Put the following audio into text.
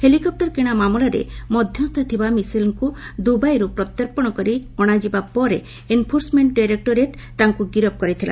helicopter କିଣା ମାମଲାରେ ମଧ୍ୟସ୍ଥ ଥିବା ମିସେଲଙ୍କୁ ଦୁବାଇରୁ ପ୍ରତ୍ୟର୍ପଣ କରି ଅଣାଯିବା ପରେ ଏନ୍ଫୋର୍ସମେଣ୍ଟ ଡାଇରେକ୍କୋରେଟ୍ ତାଙ୍କୁ ଗିରଫ୍ କରିଥିଲା